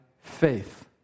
faith